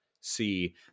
see